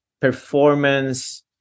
performance